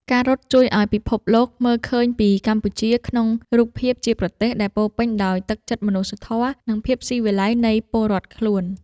ការរត់ជួយឱ្យពិភពលោកមើលឃើញពីកម្ពុជាក្នុងរូបភាពជាប្រទេសដែលពោរពេញដោយទឹកចិត្តមនុស្សធម៌ និងភាពស៊ីវិល័យនៃពលរដ្ឋខ្លួន។